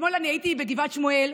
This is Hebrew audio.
אתמול הייתי בגבעת שמואל,